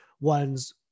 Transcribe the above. ones